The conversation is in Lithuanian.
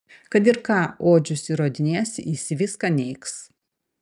kad ir ką odžius įrodinės jis viską neigs